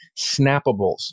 Snappables